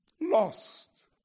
Lost